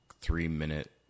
three-minute